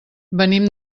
venim